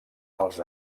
als